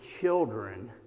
children